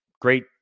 great